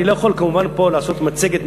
אני לא יכול כמובן לעשות פה מצגת,